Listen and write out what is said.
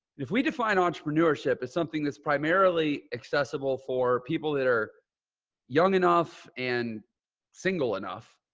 if we define entrepreneurship, it's something that's primarily accessible for people that are young enough and single enough,